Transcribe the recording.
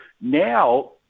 Now